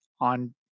on